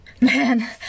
Man